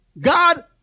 god